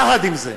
יחד עם זה,